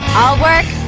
all work,